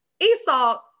esau